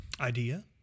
Idea